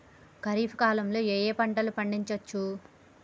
ఖరీఫ్ కాలంలో ఏ ఏ పంటలు పండించచ్చు?